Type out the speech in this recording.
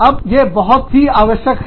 अब ये बहुत ही आवश्यक है